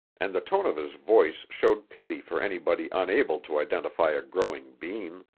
and the tone of his voice showed pity for anybody unable to identify a growing bean.